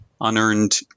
unearned